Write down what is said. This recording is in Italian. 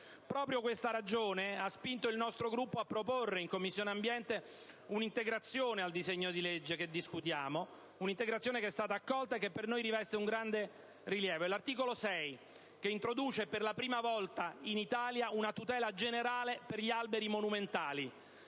Proprio questa considerazione ha spinto il nostro Gruppo a proporre in Commissione ambiente una integrazione al disegno di legge che discutiamo, che è stata accolta e che per noi riveste un grande rilievo. Mi riferisco all'articolo 6, che introduce per la prima volta in Italia una tutela generale per gli alberi monumentali,